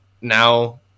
Now